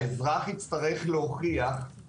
מרבית האזרחים בוחרים להיכנס אליו כי הם